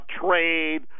trade